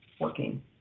working